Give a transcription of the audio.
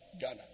Ghana